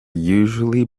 usually